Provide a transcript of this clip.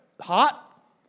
Hot